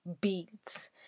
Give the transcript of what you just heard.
beads